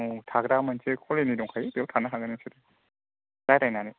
औ थाग्रा मोनसे खलनि दंखायो बेयाव थानो हागोन नोंसोरो रायलायनानै